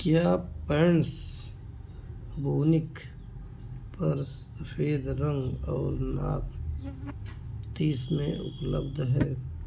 क्या पेेल्स बौनीक पर सफ़ेद रंग और नाप तीस में उपलब्ध है